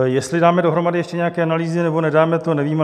Jestli dáme dohromady ještě nějaké analýzy, nebo nedáme, to nevím.